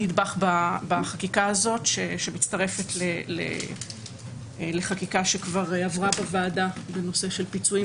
נדבך בחקיקה הזאת שמצטרפת לחקיקה שכבר עברה בוועדה בנושא של פיצויים,